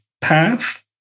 path